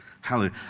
Hallelujah